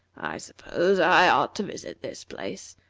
i suppose i ought to visit this place.